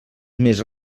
més